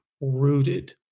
rooted